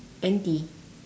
N_T